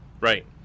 Right